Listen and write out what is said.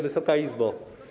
Wysoka Izbo!